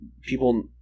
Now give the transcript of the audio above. people